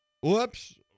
Whoops